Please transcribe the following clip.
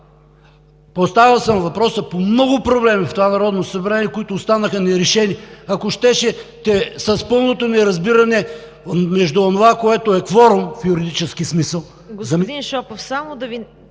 Поставил съм въпроса по много проблеми в това Народно събрание, които останаха нерешени, ако щете с пълното ми разбиране между онова, което е кворум в юридически смисъл…